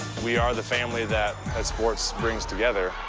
we are the family that sports brings together.